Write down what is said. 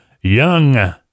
young